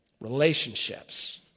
relationships